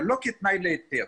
אבל לא כתנאי להיתר.